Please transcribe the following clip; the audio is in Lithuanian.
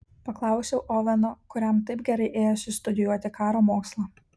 paklausiau oveno kuriam taip gerai ėjosi studijuoti karo mokslą